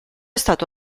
stato